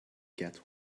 cat